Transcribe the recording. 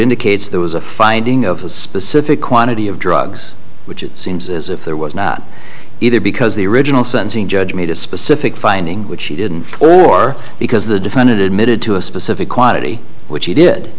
indicates there was a finding of a specific quantity of drugs which it seems as if there was not either because the original sentencing judge made a specific finding which she didn't or because the defended mid to a specific quantity which she did